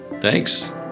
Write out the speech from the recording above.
Thanks